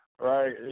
Right